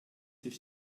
des